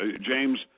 James